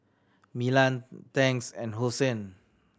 Milan Tangs and Hosen